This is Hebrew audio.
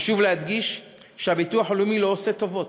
חשוב להדגיש שהביטוח הלאומי לא עושה טובות,